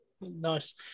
Nice